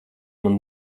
man